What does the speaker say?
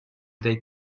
they